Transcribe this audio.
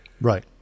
Right